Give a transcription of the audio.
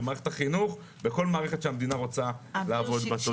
במערכת החינוך ובכל מערכת שהמדינה רוצה לעבוד בה.